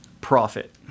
Profit